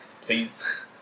please